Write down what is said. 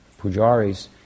pujaris